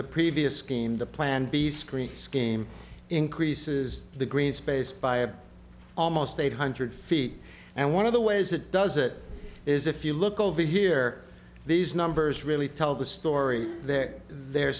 the previous scheme the plan b screen scheme increases the green space by of almost eight hundred feet and one of the ways it does it is if you look over here these numbers really tell the story that the